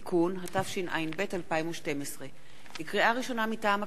(תיקון), התשע"ב 2012. לקריאה ראשונה, מטעם הכנסת: